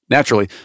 Naturally